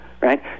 right